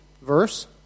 verse